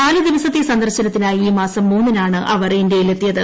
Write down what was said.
നാല് ദിവസത്തെ സന്ദർശനത്തിനായി ഈ മാസം മൂന്നിനാണ് അവർ ഇന്ത്യയിലെത്തിയത്